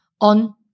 on